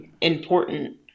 important